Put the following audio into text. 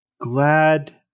glad